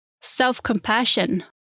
self-compassion